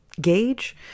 gauge